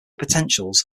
potentials